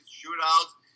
shootouts